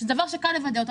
שזה דבר שקל לוודא אותו,